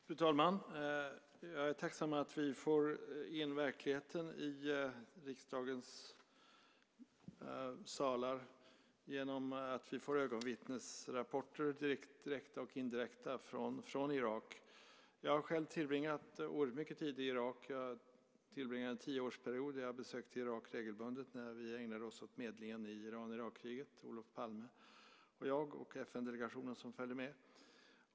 Fru talman! Jag är tacksam för att vi får in verkligheten i riksdagens salar genom att vi får ögonvittnesrapporter, direkta och indirekta, från Irak. Jag har själv tillbringat oerhört mycket tid i Irak. Under en tioårsperiod besökte jag Irak regelbundet när vi ägnade oss åt medling i Iran-Irak-kriget, Olof Palme, jag och den FN-delegation som följde med.